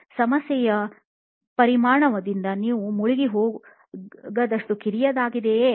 ಸಮಸ್ಯೆಯ ಪರಿಮಾಣದಿಂದ ನೀವು ಮುಳುಗಿಹೋಗದಷ್ಟು ಕಿರಿದಾಗಿದೆಯೇ